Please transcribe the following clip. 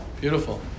Beautiful